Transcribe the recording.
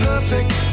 perfect